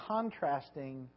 contrasting